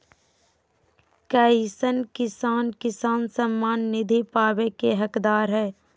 कईसन किसान किसान सम्मान निधि पावे के हकदार हय?